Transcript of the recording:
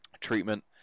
treatment